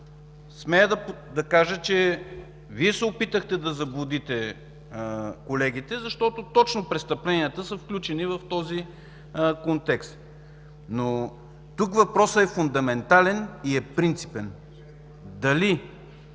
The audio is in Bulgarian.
Смея да кажа, че Вие се опитахте да заблудите колегите, защото точно престъпленията са включени в този контекст. Но тук въпросът е фундаментален и е принципен: дали?